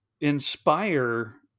inspire